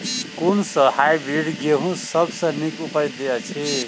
कुन सँ हायब्रिडस गेंहूँ सब सँ नीक उपज देय अछि?